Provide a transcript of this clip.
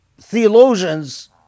theologians